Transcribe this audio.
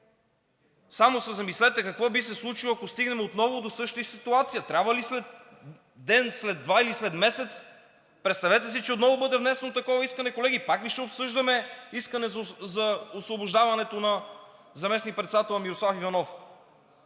Само се замислете какво би се случило, ако стигнем отново до същата ситуация? Трябва ли след месец, представете си, че отново бъде внесено такова искане, колеги, пак ли ще обсъждаме искане за освобождаването на заместник-председателя Мирослав Иванов?